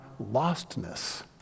lostness